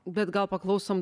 bet gal paklausom